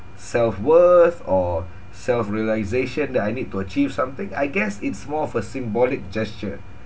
self worth or self realisation that I need to achieve something I guess it's more of a symbolic gesture